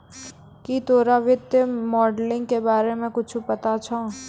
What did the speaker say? की तोरा वित्तीय मोडलिंग के बारे मे कुच्छ पता छौं